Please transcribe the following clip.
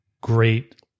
great